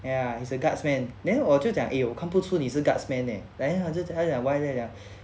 ya he is a guardsman then 我就讲 eh 我看不出你是 guardsman eh then 他就他就讲 why leh 他讲